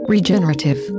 Regenerative